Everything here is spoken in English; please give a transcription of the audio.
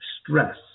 stress